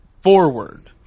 forward